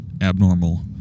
abnormal